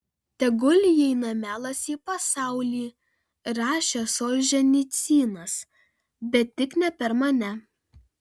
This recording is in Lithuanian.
tegul įeina melas į pasaulį rašė solženicynas bet tik ne per mane